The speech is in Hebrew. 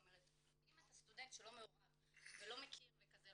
אם אתה סטודנט שלא מעורב ולא מכיר ולא